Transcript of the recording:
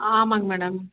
ஆமாங்க மேடம்